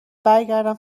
برگردم